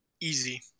Easy